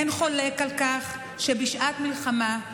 אין חולק על כך שבשעת מלחמה,